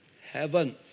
heaven